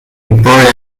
brought